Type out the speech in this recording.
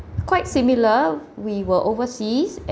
quite similar we were overseas